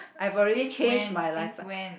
so since when since when